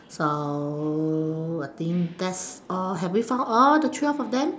so I think that's all have we found all the twelve of them